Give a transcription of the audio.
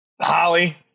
Holly